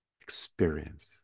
experience